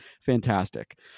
fantastic